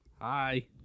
Hi